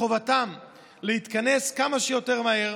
מחובתן להתכנס כמה שיותר מהר,